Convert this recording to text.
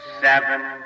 seven